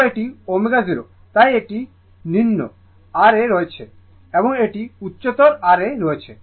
তো এটি ω0 তাই এটি নিম্ন R এ রয়েছে এবং এটি উচ্চতর R এ রয়েছে